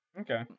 Okay